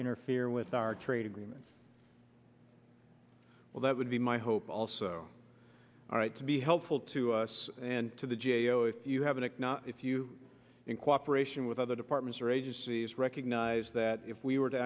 interfere with our trade agreements well that would be my hope also all right to be helpful to us and to the g a o if you have a nickname if you in cooperation with other departments or agencies recognize that if we were to